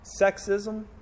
Sexism